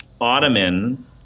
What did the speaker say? ottoman